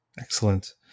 Excellent